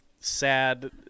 sad